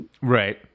Right